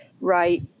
right